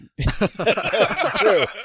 True